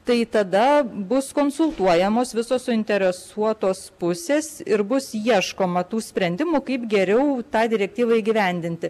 tai tada bus konsultuojamos visos suinteresuotos pusės ir bus ieškoma tų sprendimų kaip geriau tą direktyvą įgyvendinti